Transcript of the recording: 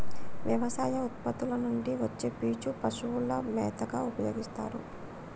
వ్యవసాయ ఉత్పత్తుల నుండి వచ్చే పీచు పశువుల మేతగా ఉపయోస్తారు